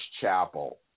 Chapel